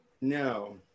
No